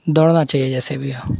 دوڑنا چاہیے جیسے بھی ہو